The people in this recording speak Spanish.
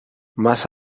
más